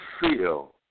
feel